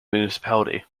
municipality